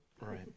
Right